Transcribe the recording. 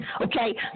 Okay